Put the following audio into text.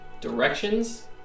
directions